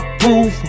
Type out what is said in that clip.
proof